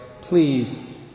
please